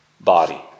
body